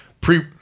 pre